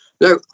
Now